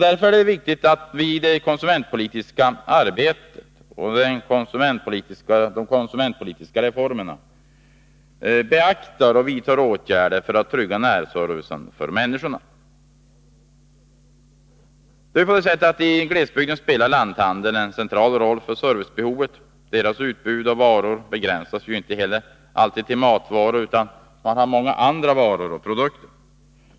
Därför är det viktigt att i det konsumentpolitiska reformarbetet vidta åtgärder för att trygga närservicen för människorna. I glesbygden spelar lanthandeln en central roll för servicebehovet. Deras utbud av varor begränsas ju inte heller alltid till matvaror, utan man har många andra varor och produkter.